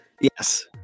Yes